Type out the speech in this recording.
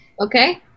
Okay